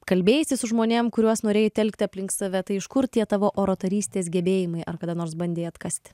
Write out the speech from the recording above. kalbėjaisi su žmonėm kuriuos norėjai telkti aplink save tai iš kur tie tavo oratorystės gebėjimai ar kada nors bandei atkasti